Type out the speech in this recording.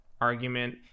argument